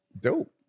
Dope